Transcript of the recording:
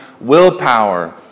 willpower